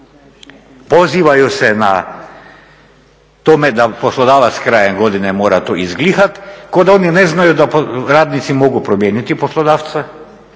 Pozivaju se na to da poslodavac krajem godine mora to izglihat, kao da oni ne znaju da radnici mogu promijeniti poslodavca,